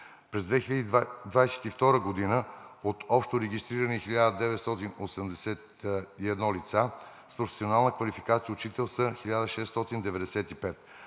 през 2022 г. от общо регистрирани 1981 лица с професионална квалификация „учител“ са 1695.